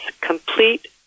complete